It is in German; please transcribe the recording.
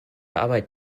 arbeit